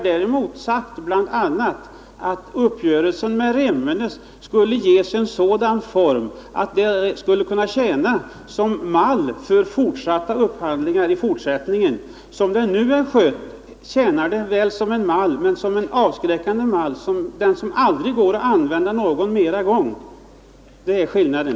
Däremot har vi bl.a. sagt att uppgörelsen om Remmene skulle ges sådan form att den skulle kunna tjäna som mall för fortsatta upphandlingar. Som affären nu är skött tjänar den väl som en mall — men som en avskräckande mall som det aldrig går att använda någon mera gång. Det är skillnaden.